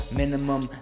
minimum